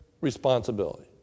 responsibility